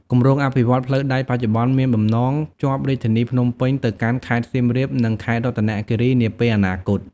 គម្រោងអភិវឌ្ឍន៍ផ្លូវដែកបច្ចុប្បន្នមានបំណងភ្ជាប់រាជធានីភ្នំពេញទៅកាន់ខេត្តសៀមរាបនិងខេត្តរតនគិរីនាពេលអនាគត។